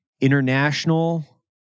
international